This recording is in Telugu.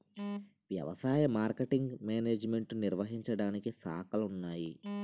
వ్యవసాయ మార్కెటింగ్ మేనేజ్మెంటు నిర్వహించడానికి శాఖలున్నాయి